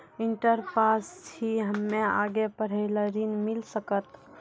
Inter pass छी हम्मे आगे पढ़े ला ऋण मिल सकत?